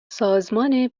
سازمان